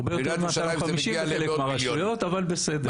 הרבה יותר מ-250 בחלק מהרשויות, אבל בסדר.